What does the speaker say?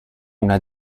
una